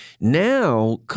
now